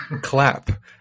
clap